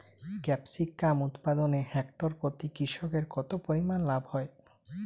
Capsicum উৎপাদনে hectare প্রতি কৃষকের কত পরিমান লাভ হয়?